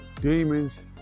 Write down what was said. demons